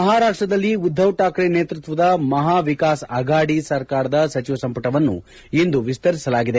ಮಹಾರಾಷ್ಷದಲ್ಲಿ ಉದ್ದವ್ ಶಾಕ್ರೆ ನೇತೃತ್ವದ ಮಹಾವಿಕಾಸ್ ಅಘಾಡಿ ಸರ್ಕಾರದ ಸಚಿವ ಸಂಪುಟವನ್ನು ಇಂದು ವಿಸ್ತರಿಸಲಾಗಿದೆ